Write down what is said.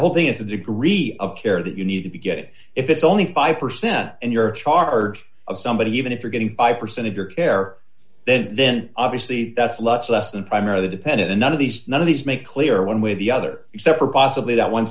the whole thing is the degree of care that you need to get it if it's only five percent and you're charge of somebody even if you're getting five percent of your care then then obviously that's lots less than primarily dependent and none of these none of these make clear one way or the other separate possibly that one